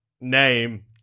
name